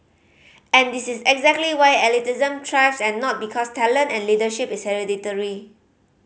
and this is exactly why elitism thrives and not because talent and leadership is hereditary